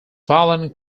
violent